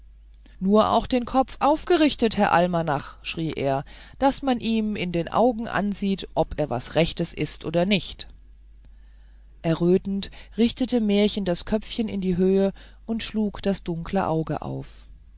nur auch den kopf aufgerichtet herr almanach schrie er daß man ihm in den augen ansiehet ob er was rechtes ist oder nicht errötend richtete märchen das köpfchen in die höhe und schlug das dunkle auge auf